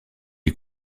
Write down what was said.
les